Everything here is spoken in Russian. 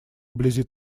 вблизи